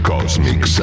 Cosmic